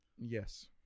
Yes